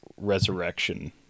resurrection